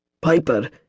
Piper